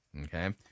Okay